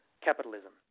capitalism